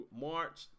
march